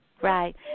Right